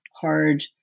hard